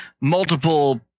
multiple